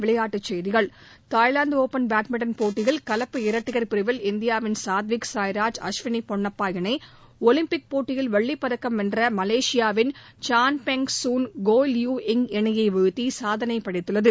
விளையாட்டுச்செய்திகள் Thailand open badminton போட்டியில் கலப்பு இரட்டையர் பிரிவில் இந்தியாவின் சாத்விக் சாய்ராஜ் அஸ்வினி பொன்னப்பா இணை ஒலிம்பிக் போட்டியில் வெள்ளிப்பதக்கம் வென்ற மலேஷியாவின் Chan Peng Soon Goh Lee Ying இணையை வீழ்த்தி சாதனை படைத்துள்ளது